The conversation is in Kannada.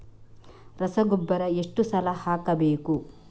ರಸಗೊಬ್ಬರ ಎಷ್ಟು ಸಲ ಹಾಕಬೇಕು?